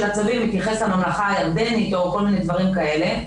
הצווים מתייחס לממלכה הירדנית או כל מיני דברים כאלה.